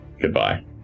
Goodbye